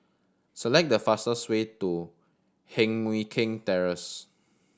select the fastest way to Heng Mui Keng Terrace